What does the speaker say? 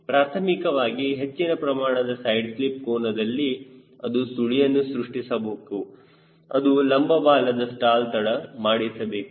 ಪ್ರಾಥಮಿಕವಾಗಿ ಹೆಚ್ಚಿನ ಪ್ರಮಾಣದ ಸೈಡ್ ಸ್ಲಿಪ್ ಕೋನದಲ್ಲಿ ಅದು ಸುಳಿಯನ್ನು ಸೃಷ್ಟಿಸಬೇಕು ಅದು ಲಂಬ ಬಾಲದ ಸ್ಟಾಲ್ ತಡ ಮಾಡಿಸಬೇಕು